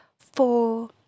Four